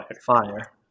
Fire